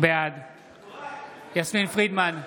בעד יסמין פרידמן,